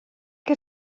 que